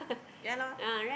ya lor